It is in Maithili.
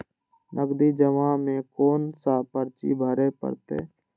नगदी जमा में कोन सा पर्ची भरे परतें?